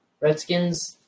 Redskins